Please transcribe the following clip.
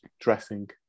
dressing